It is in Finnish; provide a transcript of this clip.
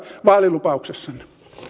vaalilupauksessanne